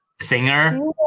singer